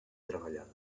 treballada